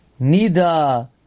Nida